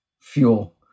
Fuel